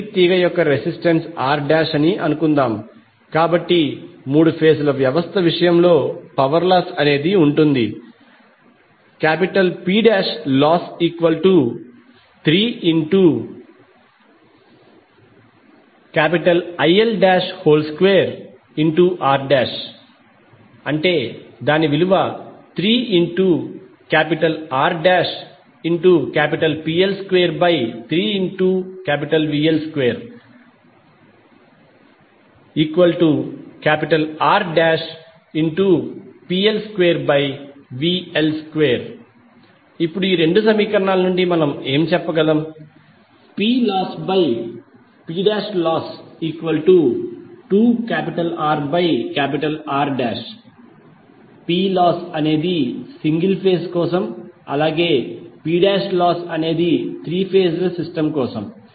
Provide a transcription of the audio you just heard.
ప్రతి తీగ యొక్క రెసిస్టెన్స్ R అని అనుకుందాం కాబట్టి మూడు ఫేజ్ ల వ్యవస్థ విషయంలో పవర్ లాస్ ఉంటుంది Ploss3IL2R3RPL23VL2RPL2VL2 ఇప్పుడు ఈ 2 సమీకరణాల నుండి మనం చెప్పగలము PlossPloss2RR Ploss అనేది సింగిల్ ఫేజ్ కోసం Ploss త్రీ ఫేజ్ ల సిస్టమ్ కోసం